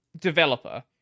developer